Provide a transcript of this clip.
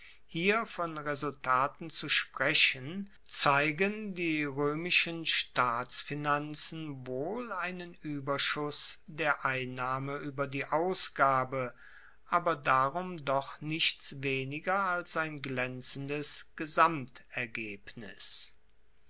hier von resultaten zu sprechen zeigen die roemischen staatsfinanzen wohl einen ueberschuss der einnahme ueber die ausgabe aber darum doch nichts weniger als ein glaenzendes